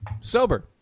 Sober